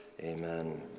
Amen